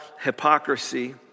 hypocrisy